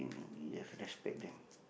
yes respect them